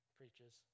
preaches